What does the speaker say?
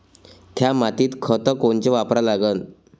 थ्या मातीत खतं कोनचे वापरा लागन?